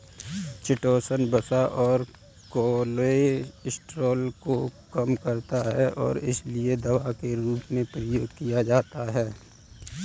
chitosan वसा और cholesterol को कम करता है और इसीलिए दवा के रूप में प्रयोग किया जाता है